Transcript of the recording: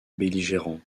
belligérants